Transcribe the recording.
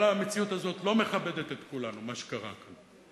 כל המציאות הזאת לא מכבדת את כולנו, מה שקרה כאן.